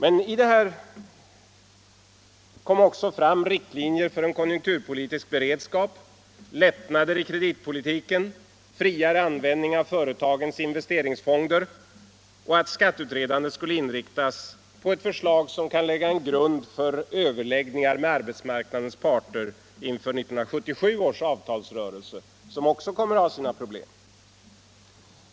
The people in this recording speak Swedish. Ett annat resultat var att riktlinjer drogs upp för en konjunkturpolitisk beredskap, för lättnader i kreditpolitiken, friare användning av företagens investeringsfonder och att skatteutredandet skulle inriktas på ett förslag som kan lägga en bra grund för överläggningar med arbetsmarknadens parter inför 1977 års avtalsrörelse, som också kommer att ha sina problem.